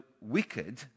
wicked